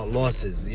losses